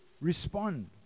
respond